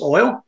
Oil